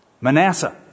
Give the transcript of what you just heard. Manasseh